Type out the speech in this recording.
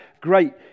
great